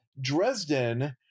dresden